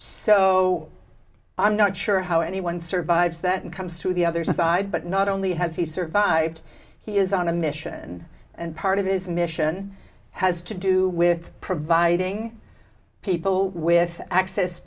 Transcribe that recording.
so i'm not sure how anyone survives that comes through the other side but not only has he survived he is on a mission and part of his mission has to do with providing people with access